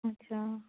अच्छा